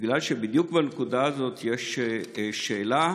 בגלל שבדיוק בנקודה הזאת יש שאלה.